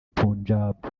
punjab